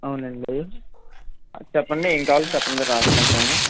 అవునండి చెప్పండి ఏం కావాలో చెప్పండి మేము రాసుకుంటాము